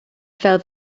fel